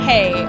Hey